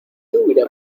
hubiera